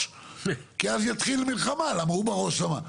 כי אז תתחיל מלחמה למה הוא בראש למה.